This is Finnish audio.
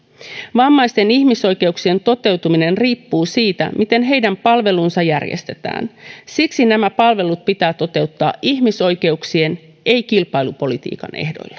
vammaisten ihmisoikeuksien toteutuminen riippuu siitä miten heidän palvelunsa järjestetään siksi nämä palvelut pitää toteuttaa ihmisoikeuksien ei kilpailupolitiikan ehdoilla